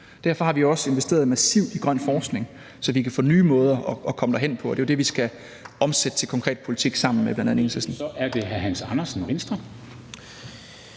Derfor har vi også investeret massivt i grøn forskning, så vi kan få nye måder at komme derhen på, og det er jo det, vi skal omsætte til konkret politik sammen med bl.a. Enhedslisten.